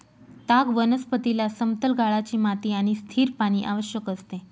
ताग वनस्पतीला समतल गाळाची माती आणि स्थिर पाणी आवश्यक असते